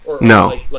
No